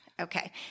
Okay